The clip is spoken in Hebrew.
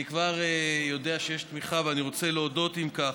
אני כבר יודע שיש תמיכה, ואני רוצה להודות, אם כך,